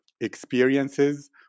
experiences